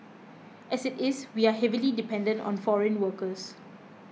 as it is we are heavily dependent on foreign workers